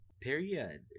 Period